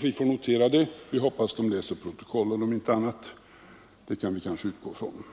Vi får notera det. Vi hoppas att de läser protokollen om inte annat — det kan vi kanske utgå ifrån.